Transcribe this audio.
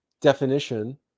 definition